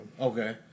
Okay